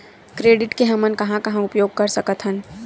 Credit के हमन कहां कहा उपयोग कर सकत हन?